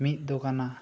ᱢᱤᱫ ᱫᱚ ᱠᱟᱱᱟ